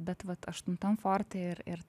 bet vat aštuntam forte ir ir